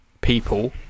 people